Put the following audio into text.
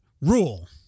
rule